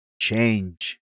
change